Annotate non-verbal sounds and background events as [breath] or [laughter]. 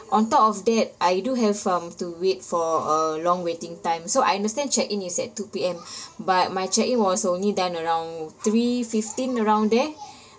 on top of that I do have um to wait for a long waiting time so I understand check in is at two P_M [breath] but my check in was only done around three fifteen around there [breath]